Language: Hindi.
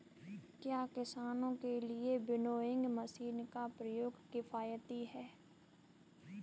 क्या किसानों के लिए विनोइंग मशीन का प्रयोग किफायती है?